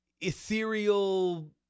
ethereal